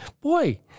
boy